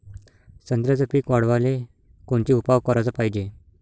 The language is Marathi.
संत्र्याचं पीक वाढवाले कोनचे उपाव कराच पायजे?